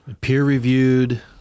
peer-reviewed